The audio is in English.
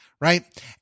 right